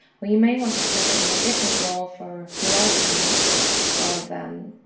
but you may want to set it in a different rule for larger amounts of,